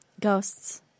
Ghosts